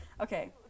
Okay